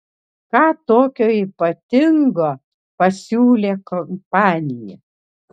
ką tokio ypatingo pasiūlė kompanija